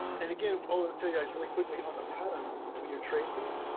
and again for the two guys really quickly on the patterns when you're tracing